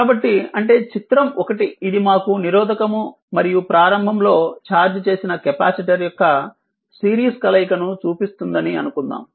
కాబట్టి అంటే చిత్రం 1 ఇది మాకు నిరోధకము మరియు ప్రారంభంలో ఛార్జ్ చేసిన కెపాసిటర్ యొక్క సిరీస్ కలయికను చూపిస్తుందని అనుకుందాం